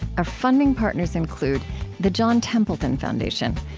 our funding partners include the john templeton foundation,